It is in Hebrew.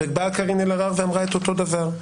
ובאה קארין אלהרר ואמרה את אותו דבר.